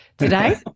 Today